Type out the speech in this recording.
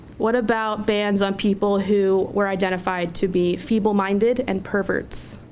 what about bans on people who were identified to be feeble-minded and perverts?